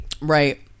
right